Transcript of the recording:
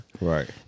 Right